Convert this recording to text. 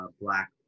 Black